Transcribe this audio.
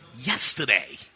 yesterday